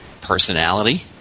Personality